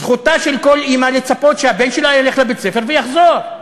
זכותה של כל אימא לצפות שהבן שלה ילך לבית-הספר ויחזור.